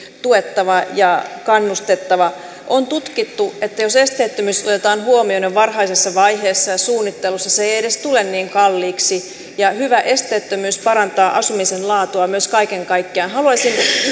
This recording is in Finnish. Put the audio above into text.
tuettava ja kannustettava on tutkittu että jos esteettömyys otetaan huomioon jo varhaisessa vaiheessa ja suunnittelussa se ei ei edes tule niin kalliiksi ja hyvä esteettömyys parantaa asumisen laatua myös kaiken kaikkiaan haluaisin